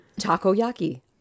takoyaki